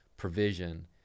Provision